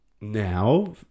now